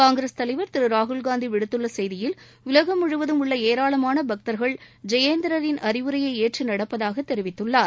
காங்கிரஸ் தலைவர் திரு ராகுல்காந்தி விடுத்துள்ள செய்தியில் உலகம் முழுவதும் உள்ள ஏராளமான பக்தர்கள் ஜெயேந்திரரின் அறிவுரையை ஏற்று நடப்பதாக தெரிவித்துள்ளார்